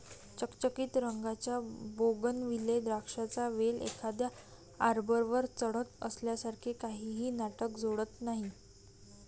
चकचकीत रंगाच्या बोगनविले द्राक्षांचा वेल एखाद्या आर्बरवर चढत असल्यासारखे काहीही नाटक जोडत नाही